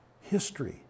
History